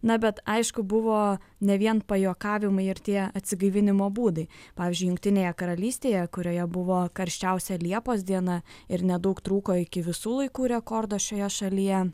na bet aišku buvo ne vien pajuokavimai ir tie atsigaivinimo būdai pavyzdžiui jungtinėje karalystėje kurioje buvo karščiausia liepos diena ir nedaug trūko iki visų laikų rekordo šioje šalyje